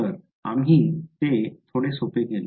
तर आम्ही ते थोडे सोपे केले